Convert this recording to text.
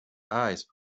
eyes